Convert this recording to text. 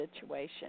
situation